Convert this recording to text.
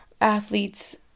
athletes